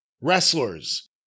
Wrestlers